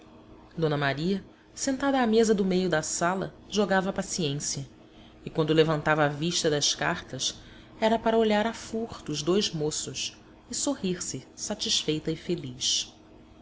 maria sentada à mesa do meio da sala jogava a paciência e quando levantava a vista das cartas era para olhar a furto os dois moços e sorrir se de satisfeita e feliz